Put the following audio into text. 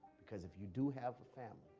because if you do have a family,